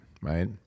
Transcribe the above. right